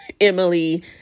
Emily